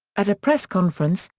at a press conference,